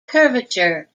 curvature